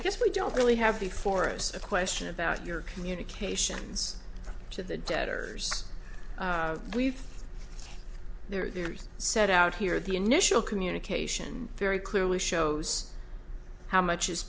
i guess we don't really have the forest of question about your communications to the debtors we've there you set out here the initial communication very clearly shows how much is